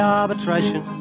arbitration